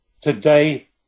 Today